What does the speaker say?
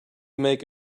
make